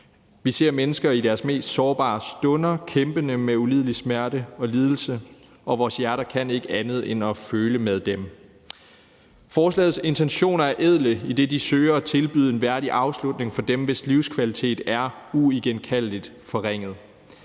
Vi ser mennesker i deres mest sårbare stunder kæmpe med ulidelig smerte og lidelse, og vores hjerter kan ikke andet end at føle med dem. Forslagets intentioner er ædle, idet de søger at tilbyde en værdig afslutning for dem, hvis livskvalitet er uigenkaldeligt forringet.